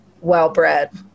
well-bred